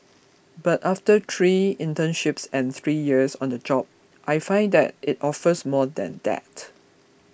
but after three internships and three years on the job I find that it offers more than that